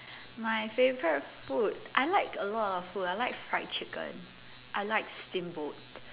my favourite food I like a lot of food I like fried chicken I like steamboat